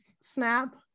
snap